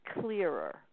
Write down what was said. clearer